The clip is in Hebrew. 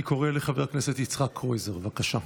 אני קורא לחבר הכנסת יצחק קרויזר, בבקשה.